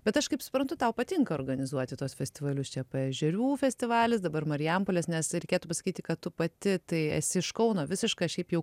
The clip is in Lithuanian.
bet aš kaip suprantu tau patinka organizuoti tuos festivalius čia paežerių festivalis dabar marijampolės nes reikėtų pasakyti kad tu pati tai esi iš kauno visiška šiaip jau